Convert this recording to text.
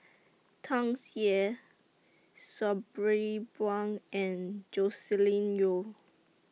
Tsung Yeh Sabri Buang and Joscelin Yeo